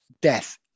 death